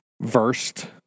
versed